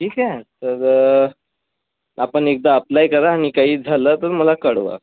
ठीकए तर आपण एकदा अप्लाय करा आणि काही झालं तर मला कळवा